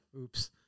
Oops